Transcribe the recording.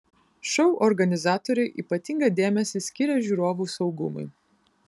šou organizatoriai ypatingą dėmesį skiria žiūrovų saugumui